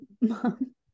Mom